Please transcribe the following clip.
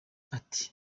ati